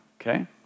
okay